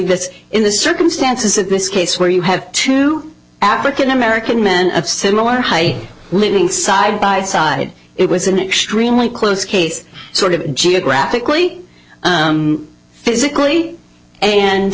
this in the circumstances of this case where you have two african american men of similar high living side by side it was an extremely close case sort of geographically physically and